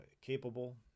capable